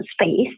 space